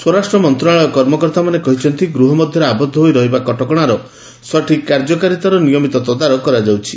ସ୍ୱରାଷ୍ଟ୍ର ମନ୍ତ୍ରଣାଳୟ କର୍ମକର୍ତ୍ତାମାନେ କହିଛନ୍ତି ଗୃହ ମଧ୍ୟରେ ଆବଦ୍ଧ ହୋଇ ରହିବା କଟକଣାର ସଠିକ୍ କାର୍ଯ୍ୟକାରିତାର ନିୟମିତ ତଦାରଖ କରାଯାଉଛି